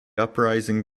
uprising